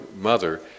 mother